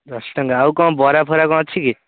ଦଶ ଟଙ୍କା ଆଉ କ'ଣ ବରା ଫରା କ'ଣ ଅଛି କି